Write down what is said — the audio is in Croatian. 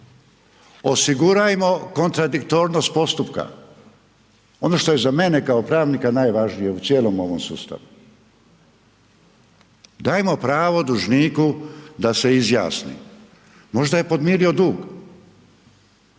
osigurajmo kontradiktornost postupka, ono što je za mene kao pravnika najvažnije u cijelom ovom sustavu. Dajmo pravo dužniku da se izjasni. Možda je podmirio dug.